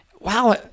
wow